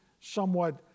somewhat